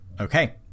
Okay